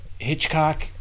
Hitchcock